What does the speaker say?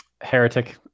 heretic